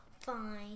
Fine